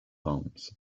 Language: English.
homes